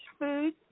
food